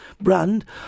brand